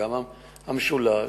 וגם המשולש,